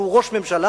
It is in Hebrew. והוא ראש ממשלה.